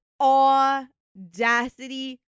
audacity